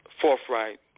forthright